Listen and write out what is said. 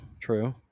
true